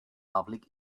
public